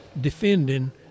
defending